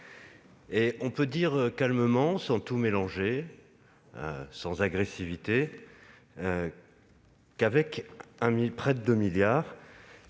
On peut dire calmement, sans tout mélanger et sans agressivité, qu'avec près de 2 milliards